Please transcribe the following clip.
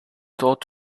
thought